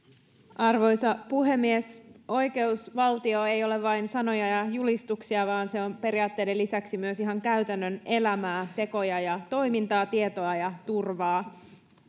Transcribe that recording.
arvoisa puhemies oikeusvaltio ei ole vain sanoja ja julistuksia vaan se on periaatteiden lisäksi myös ihan käytännön elämää tekoja ja toimintaa tietoa ja turvaa